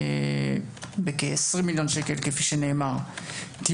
ממה שנאמר פה